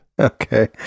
Okay